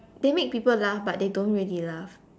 they make people laugh but they don't really laugh